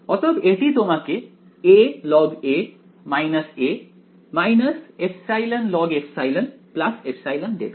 অতএব এটি তোমাকে alog a εlogε ε দেবে